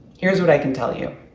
here's what i can tell you.